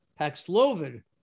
Paxlovid